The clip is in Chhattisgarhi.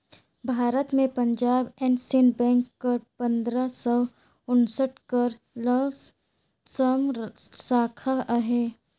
भारत में पंजाब एंड सिंध बेंक कर पंदरा सव उन्सठ कर लमसम साखा अहे